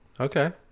Okay